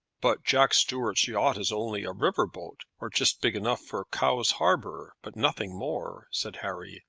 but jack stuart's yacht is only a river-boat or just big enough for cowes harbour, but nothing more, said harry,